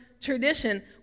tradition